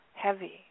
Heavy